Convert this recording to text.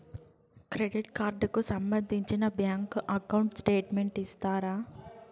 Credit card కు సంబంధించిన bank account statement ఇస్తారా?